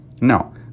No